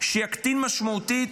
שיקטין משמעותית